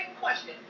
question